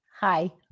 Hi